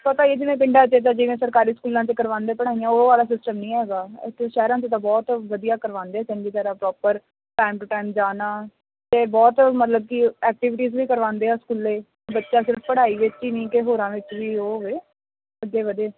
ਪਤਾ ਹੀ ਹੈ ਜਿਵੇਂ ਪਿੰਡਾਂ 'ਚ ਐਦਾਂ ਜਿਵੇਂ ਸਰਕਾਰੀ ਸਕੂਲਾਂ 'ਚ ਕਰਵਾਉਂਦੇ ਪੜ੍ਹਾਈਆਂ ਉਹ ਵਾਲਾ ਸਿਸਟਮ ਨਹੀਂ ਹੈਗਾ ਇੱਥੇ ਸ਼ਹਿਰਾਂ ਦੇ ਤਾਂ ਬਹੁਤ ਵਧੀਆ ਕਰਵਾਉਂਦੇ ਚੰਗੀ ਤਰ੍ਹਾਂ ਪ੍ਰੋਪਰ ਟਾਈਮ ਟੂ ਟਾਈਮ ਜਾਣਾ ਅਤੇ ਬਹੁਤ ਮਤਲਬ ਕਿ ਐਕਟੀਵਿਟੀਜ਼ ਵੀ ਕਰਵਾਉਂਦੇ ਆ ਸਕੂਲੇ ਬੱਚਾ ਸਿਰਫ ਪੜ੍ਹਾਈ ਵਿੱਚ ਹੀ ਨਹੀਂ ਕਿ ਹੋਰਾਂ ਵਿੱਚ ਵੀ ਉਹ ਹੋਵੇ ਅੱਗੇ ਵਧੇ